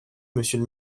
monsieur